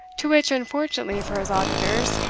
to which, unfortunately for his auditors,